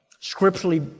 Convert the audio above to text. scripturally